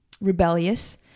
rebellious